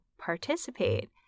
participate